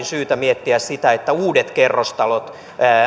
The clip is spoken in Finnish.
syytä ainakin miettiä sitä että uudet kerrostalot